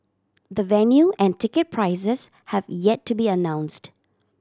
the venue and ticket prices have yet to be announced